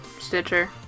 Stitcher